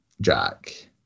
Jack